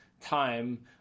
time